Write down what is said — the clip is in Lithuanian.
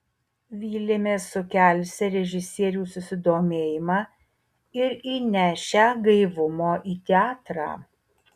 vylėmės sukelsią režisierių susidomėjimą ir įnešią gaivumo į teatrą